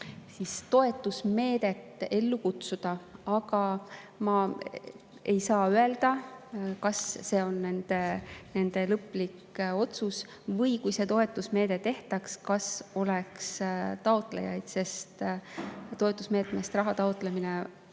toetusmeedet ellu kutsuda. Aga ma ei saa öelda, kas see on nende lõplik otsus või kui see toetusmeede tehtaks, kas oleks taotlejaid, sest toetusmeetmest raha taotlemine on